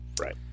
Right